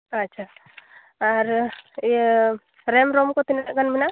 ᱟᱪᱪᱷᱟ ᱟᱨ ᱤᱭᱟᱹ ᱨᱮᱢ ᱨᱳᱢ ᱠᱚ ᱛᱤᱱᱟᱹᱜ ᱜᱟᱱ ᱢᱮᱱᱟᱜᱼᱟ